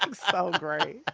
like so great